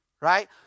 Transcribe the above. right